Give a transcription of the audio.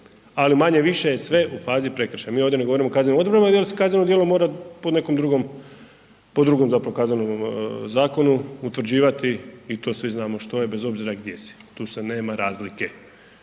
ali manje-više je sve u fazi prekršaja, mi ovdje ne govorimo o kaznenim odredbama jel se kazneno djelo mora po nekom drugom, po drugom zapravo Kaznenom zakonu utvrđivati i to svi znamo što je bez obzira gdje si, tu se nema razlike,